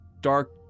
dark